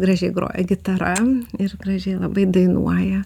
gražiai groja gitara ir gražiai labai dainuoja